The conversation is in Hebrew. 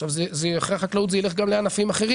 עכשיו, אחרי החקלאות זה ילך גם לענפים אחרים.